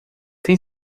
tem